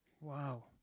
Wow